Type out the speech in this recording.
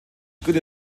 gründe